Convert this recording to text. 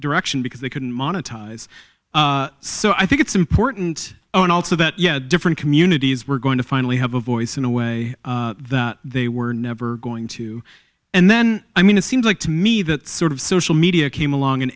direction because they couldn't monetize so i think it's important and also that yeah different communities were going to finally have a voice in a way that they were never going to and then i mean it seemed like to me that sort of social media came along an